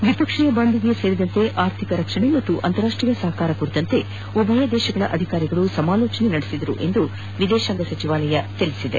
ದ್ವಿಪಕ್ಷೀಯ ಬಾಂಧವ್ಯ ಸೇರಿದಂತೆ ಆರ್ಥಿಕ ರಕ್ಷಣೆ ಹಾಗೂ ಅಂತರಾಷ್ಟೀಯ ಸಹಕಾರ ಕುರಿತಂತೆ ಉಭಯ ದೇಶಗಳ ಅಧಿಕಾರಿಗಳು ಸಮಾಲೋಚನೆ ನಡೆಸಿದರು ಎಂದು ವಿದೇಶಾಂಗ ಸಚಿವಾಯ ತಿಳಿಸಿದೆ